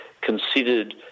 considered